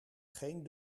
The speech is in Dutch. geen